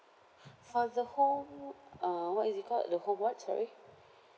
for the home uh what is it called the home what sorry